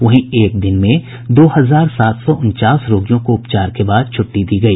वहीं एक दिन में दो हजार सात सौ उनचास रोगियों को उपचार के बाद छुट्टी दी गई